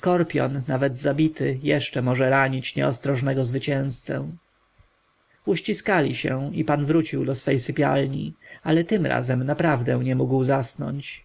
ostrożnie skorpjon nawet zabity jeszcze może ranić nieostrożnego zwycięzcę uściskali się i pan wrócił do swej sypialni ale tym razem naprawdę nie mógł zasnąć